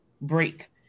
break